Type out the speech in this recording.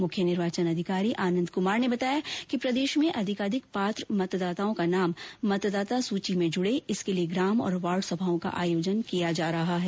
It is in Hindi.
मुख्य निर्वाचन अधिकारी आनंद कुमार ने बताया कि प्रदेश में अधिकाधिक पात्र मतदाताओं का नाम मतदाता सूची में जुड़े इसके लिए ग्राम और वार्ड सभाओं का आयोजन किया जा रहा है